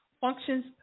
functions